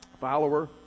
follower